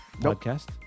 Podcast